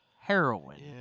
heroin